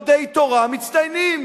"מלחמת מצווה".